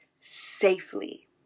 safely